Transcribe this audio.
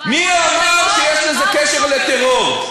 מי אמר שיש לזה קשר לטרור?